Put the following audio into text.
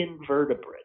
invertebrate